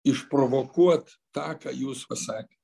išprovokuot tą ką jūs pasakėt